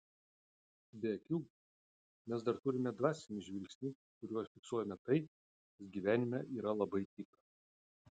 be akių mes dar turime dvasinį žvilgsnį kuriuo fiksuojame tai kas gyvenime yra labai tikra